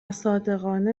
صادقانه